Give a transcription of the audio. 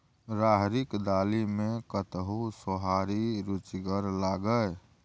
राहरिक दालि मे कतहु सोहारी रुचिगर लागय?